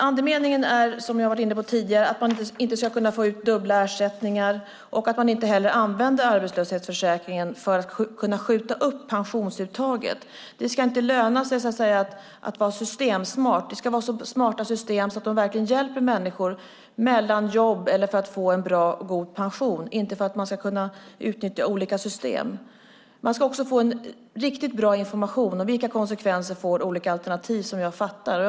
Andemeningen är, som jag varit inne på tidigare, att man inte ska kunna få ut dubbla ersättningar och inte heller använder arbetslöshetsförsäkringen för att kunna skjuta upp pensionsuttaget. Det ska inte löna sig att vara systemsmart. Det ska vara så smarta system att de verkligen hjälper människor mellan jobb eller för att få en bra pension och inte för att man ska kunna utnyttja olika system. Man ska också få en riktigt bra information om vilka konsekvenser som olika alternativ får så att man förstår.